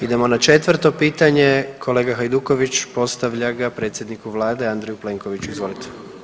Idemo na 4 pitanje, kolega Hajduković postavlja ga predsjedniku vlade Andreju Plenković, izvolite.